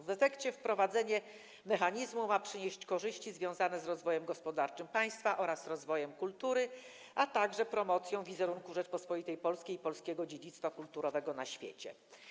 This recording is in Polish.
W efekcie wprowadzenie mechanizmu ma przynieść korzyści związane z rozwojem gospodarczym państwa oraz rozwojem kultury, a także promocją wizerunku Rzeczypospolitej Polskiej i polskiego dziedzictwa kulturowego na świecie.